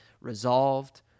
resolved